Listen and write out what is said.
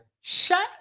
Shut